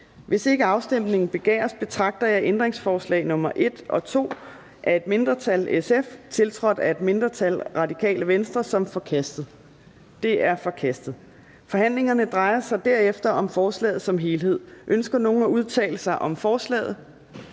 Hvis ikke afstemning begæres, betragter jeg ændringsforslag nr. 1 og 2 af et mindretal (SF), tiltrådt af et mindretal (RV), som forkastede. De er forkastede. Kl. 14:52 Forhandling Fjerde næstformand (Trine Torp): Forhandlingen drejer sig derefter om forslaget som helhed. Ønsker nogen at udtale sig om forslaget?